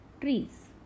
trees